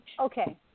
Okay